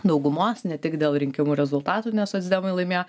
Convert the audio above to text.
daugumos ne tik dėl rinkimų rezultatų nes socdemai laimėjo